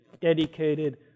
dedicated